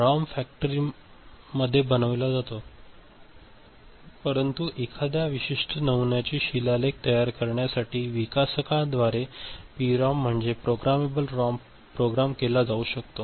ROM factory मध्ये बनविला जातो परंतु एखाद्या विशिष्ट नमुनाची शिलालेख तयार करण्यासाठी विकसकाद्वारे पीरॉम म्हणजे प्रोग्रामेबल रॉम प्रोग्राम केला जाऊ शकतो